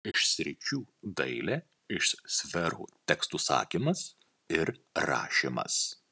iš sričių dailė iš sferų tekstų sakymas ir rašymas